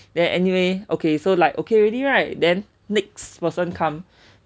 then anyway okay so like okay already right then next person come